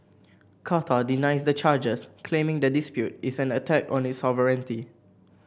Qatar denies the charges claiming the dispute is an attack on its sovereignty